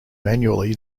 manually